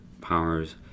powers